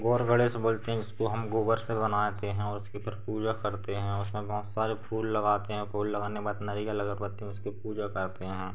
गोबर गणेश बोलते हैं जिसको हम गोबर से बनाते हैं और उसकी फिर पूजा करते हैं उसमें बहुँत सारे फूल लगाते हैं फूल लगाने के बाद नारियल अगरबत्ती में उसकी पूजा करते हैं